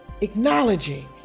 acknowledging